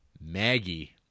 Maggie